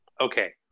Okay